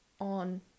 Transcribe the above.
on